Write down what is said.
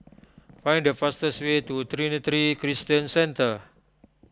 find the fastest way to Trinity Christian Centre